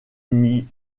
n’y